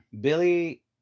Billy